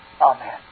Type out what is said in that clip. Amen